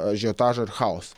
ažiotažą ir chaosą